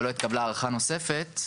ולא התקבלה הארכה נוספת,